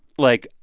like,